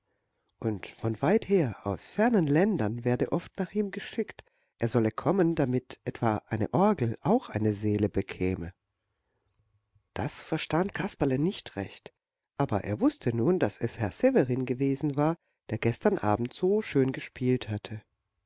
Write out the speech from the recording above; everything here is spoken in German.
und von weit her aus fernen landen werde oft nach ihm geschickt er solle kommen damit etwa eine orgel auch eine seele bekäme das verstand kasperle nicht recht aber er wußte nun daß es herr severin gewesen war der gestern abend so schön gespielt hatte